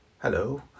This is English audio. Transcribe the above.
Hello